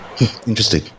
Interesting